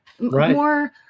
More